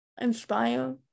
inspire